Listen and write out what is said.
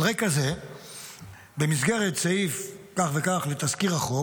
על רקע זה במסגרת סעיף כך וכך לתזכיר החוק